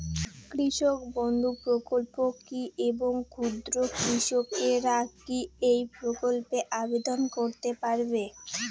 কৃষক বন্ধু প্রকল্প কী এবং ক্ষুদ্র কৃষকেরা কী এই প্রকল্পে আবেদন করতে পারবে?